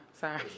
sorry